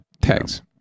tags